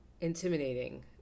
intimidating